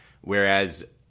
Whereas